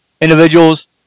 individuals